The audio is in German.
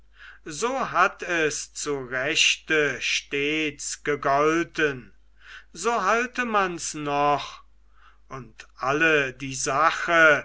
so hat es zu rechte stets gegolten so halte mans noch und alle die sache